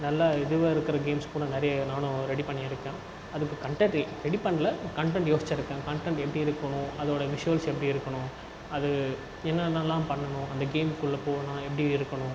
நல்லா இதுவாக இருக்கின்ற கேம்ஸ்பூரா நிறைய நானும் ரெடி பண்ணியிருக்கேன் அதுக்கு கன்டென்ட் ரெடி பண்ணல கன்டென்ட் யோசிச்சிருக்கேன் கன்டென்ட் எப்படி இருக்கணும் அதோடய விஷூவல்ஸ் எப்படி இருக்கணும் அது என்னென்னலாம் பண்ணணும் அந்த கேமுக்குள்ள போனால் எப்படி இருக்கணும்